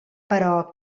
però